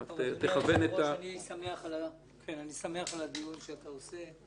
אדוני היושב-ראש, אני שמח על הדיון שאתה עורך.